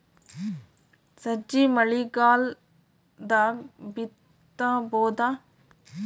ಸಜ್ಜಿ ಮಳಿಗಾಲ್ ದಾಗ್ ಬಿತಬೋದ?